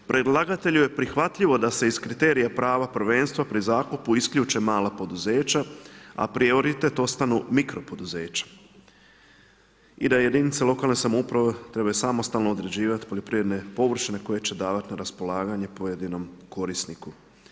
Predlagatelju je prihvatljivo da se iz kriterija prava prvenstva, pri zakupu isključe mala poduzeća, a prioritet ostanu mikro poduzeća i da jedinice lokalne samouprave, trebaju samostalno određivati poljoprivredne površine koje će davati na raspolaganje pojedinom korisniku.